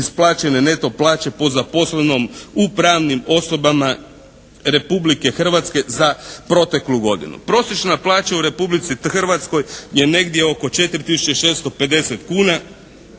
isplaćene neto plaće po zaposlenom u pravnim osobama Republike Hrvatske za proteklu godinu. Prosječna plaća u Republici Hrvatskoj je negdje oko četiri